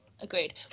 Agreed